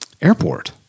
airport